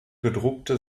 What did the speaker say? gedruckte